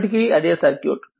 ఇప్పటికే అదే సర్క్యూట్